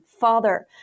father